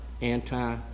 anti